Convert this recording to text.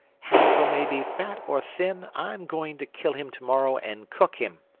hansel may be fat or thin, i'm going to kill him to-morrow and cook him.